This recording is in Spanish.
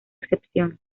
excepción